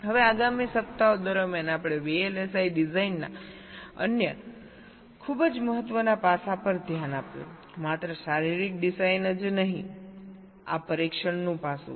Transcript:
હવે આગામી સપ્તાહો દરમિયાન આપણે VLSI ડિઝાઇનના અન્ય ખૂબ જ મહત્વના પાસા પર ધ્યાન આપ્યું માત્ર શારીરિક ડિઝાઇન જ નહીંઆ પરીક્ષણનું પાસું છે